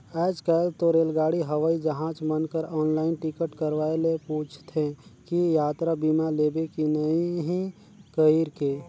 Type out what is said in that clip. आयज कायल तो रेलगाड़ी हवई जहाज मन कर आनलाईन टिकट करवाये ले पूंछते कि यातरा बीमा लेबे की नही कइरके